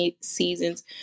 seasons